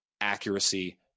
accuracy